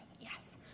Yes